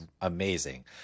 amazing